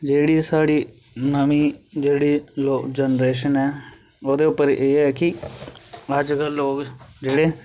जेह्ड़ी साढ़ी नमीं साढ़ी जनरेशन ऐ ओह्दे पर एह् ऐ कि अजकल ओह् जेह्ड़े